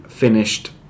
Finished